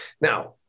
Now